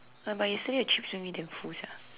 but yesterday the chips made me damn full sia